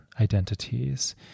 identities